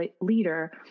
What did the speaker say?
leader